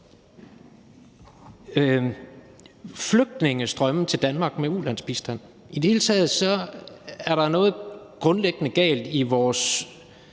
flygtningestrømme til Danmark med ulandsbistand. I det hele taget er der noget grundlæggende galt i vores